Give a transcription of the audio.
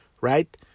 right